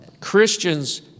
Christians